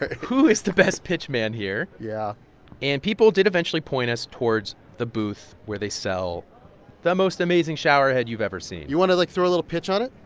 who is the best pitch man here? yeah and people did eventually point us towards the booth where they sell the most amazing showerhead you've ever seen you want to, like, throw a little pitch on it?